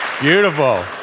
Beautiful